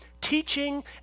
teaching